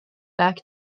back